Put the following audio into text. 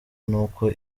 n’uko